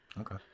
Okay